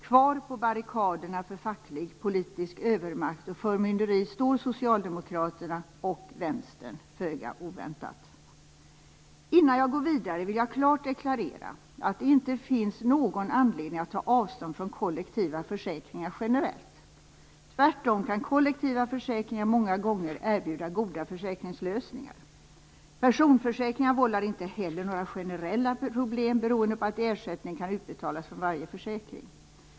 Kvar på barrikaderna för facklig och politisk övermakt och förmynderi står Socialdemokraterna och Vänsterpartiet, föga oväntat. Innan jag går vidare vill jag klart deklarera att det inte finns någon anledning att ta avstånd från kollektiva försäkringar generellt. Tvärtom kan kollektiva försäkringar många gånger erbjuda goda försäkringslösningar. Personförsäkringar vållar inte heller några generella problem beroende på att ersättning kan utbetalas från varje försäkring.